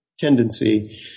tendency